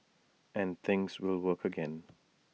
and things will work again